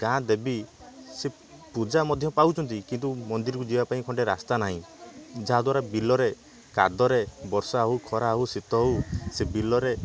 ଗାଁ ଦେବୀ ସେ ପୂଜା ମଧ୍ୟ ପାଉଛନ୍ତି କିନ୍ତୁ ମନ୍ଦିରକୁ ଯିବାପାଇଁ ଖଣ୍ଡେ ରାସ୍ତା ନାହିଁ ଯାହାଦ୍ଵାରା ବିଲରେ କାଦୋରେ ବର୍ଷା ହେଉ ଖରା ହେଉ ଶୀତ ହେଉ ସେ ବିଲରେ